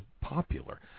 popular